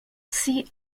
she